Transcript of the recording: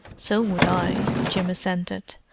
so would i, jim assented.